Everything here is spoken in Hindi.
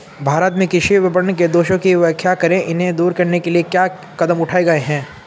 भारत में कृषि विपणन के दोषों की व्याख्या करें इन्हें दूर करने के लिए क्या कदम उठाए गए हैं?